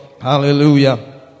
Hallelujah